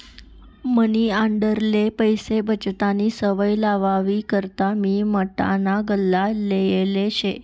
मनी आंडेरले पैसा बचतनी सवय लावावी करता मी माटीना गल्ला लेयेल शे